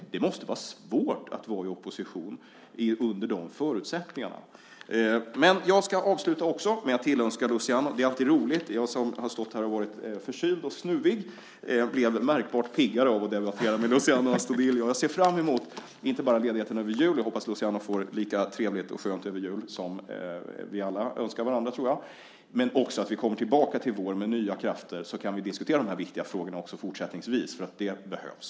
Det måste vara svårt att vara i opposition under de förutsättningarna. Jag som har stått här och varit förkyld och snuvig blev märkbart piggare av att debattera med Luciano Astudillo. Jag ser inte bara fram emot ledigheten över julen, som jag hoppas blir lika trevlig och skön för Luciano som jag tror att vi alla önskar varandra, utan att vi också kommer tillbaka med nya krafter så att vi kan diskutera dessa viktiga frågor också fortsättningsvis, för det behövs.